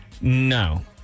No